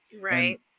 Right